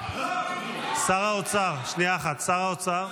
שר האוצר, שנייה אחת, שר האוצר.